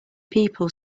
people